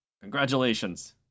Congratulations